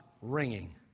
ringing